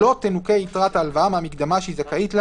לא תנוכה יתרת ההלוואה מהמקדמה שהיא זכאית לה